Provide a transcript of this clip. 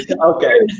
Okay